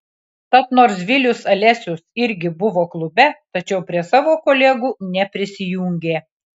tad nors vilius alesius irgi buvo klube tačiau prie savo kolegų neprisijungė